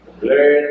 learn